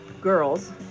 girls